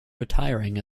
retiring